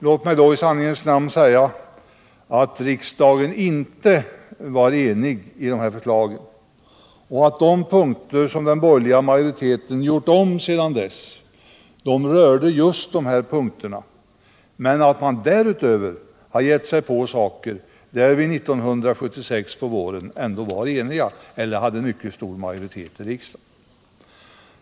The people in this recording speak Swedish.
Låt mig i sanningens namn säga att riksdagen inte fattade ett enhälligt beslut och att de punkter som den borgerliga majoriteten gjort om sedan dess just rörde de punkter där man inte var ense. Men därutöver har man geu sig på sådant som vi på våren 1976 var ense om eller där riksdagsbesluten fattades med mycket stor majoritet.